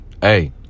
Hey